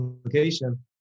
application